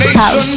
house